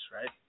right